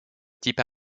type